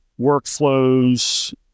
workflows